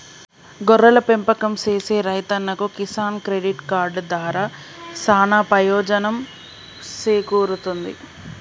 గొర్రెల పెంపకం సేసే రైతన్నలకు కిసాన్ క్రెడిట్ కార్డు దారా సానా పెయోజనం సేకూరుతుంది